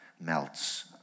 melts